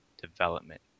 development